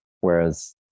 whereas